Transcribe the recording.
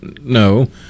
no